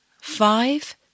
Five